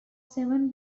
seven